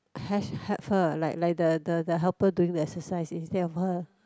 has help her like like the the the helper doing the exercise instead of her